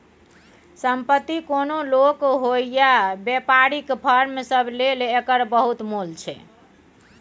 संपत्ति कोनो लोक होइ या बेपारीक फर्म सब लेल एकर बहुत मोल छै